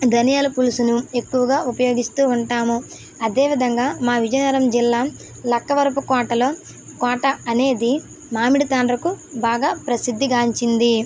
ధనియాల పులుసుని ఎక్కువగా ఉపయోగిస్తూ ఉంటాము అదే విధంగా మా విజయనగరం జిల్లా లక్కవరపుకోటలో కోట అనేది మామిడి తాండ్రకు బాగా ప్రసిద్ధిగాంచింది